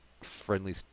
friendly